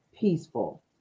peaceful